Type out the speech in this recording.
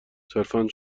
صرفا